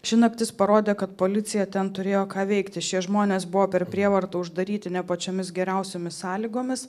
ši naktis parodė kad policija ten turėjo ką veikti šie žmonės buvo per prievartą uždaryti ne pačiomis geriausiomis sąlygomis